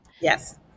Yes